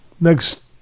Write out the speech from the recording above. next